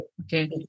Okay